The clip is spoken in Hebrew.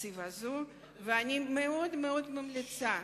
התקציב הזה, ואני מאוד ממליצה